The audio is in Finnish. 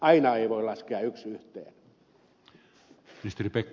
aina ei voi laskea yksi yhteen